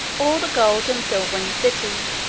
all the gold and silver in the city,